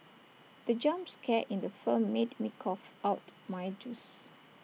the jump scare in the film made me cough out my juice